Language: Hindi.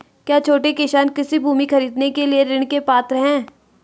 क्या छोटे किसान कृषि भूमि खरीदने के लिए ऋण के पात्र हैं?